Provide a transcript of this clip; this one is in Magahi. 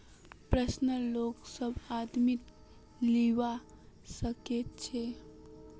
पर्सनल लोन सब आदमी लीबा सखछे